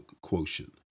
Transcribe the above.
quotient